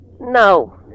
No